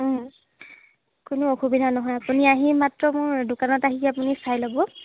কোনো অসুবিধা নহয় আপুনি আহি মাত্ৰ মোৰ দোকানত আহি আপুনি চাই ল'ব